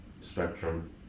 spectrum